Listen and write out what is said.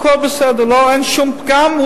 הכול בסדר, אין שום פגם.